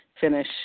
finish